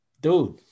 Dude